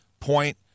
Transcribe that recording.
point